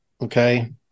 Okay